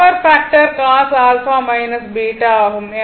power factor cos α β ஆகும்